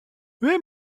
les